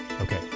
okay